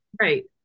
Right